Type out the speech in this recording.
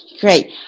great